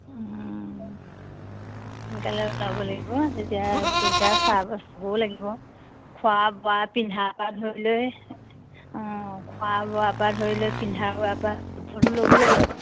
সোনকালে ওলাব লাগিব যেতিয়া গোটেইকেইটা খোৱা বোৱা পিন্ধা পা ধৰি লৈ অ খোৱা বোৱা পৰা ধৰি লৈ পিন্ধা বোৱা ল'ব লাগিব